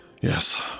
Yes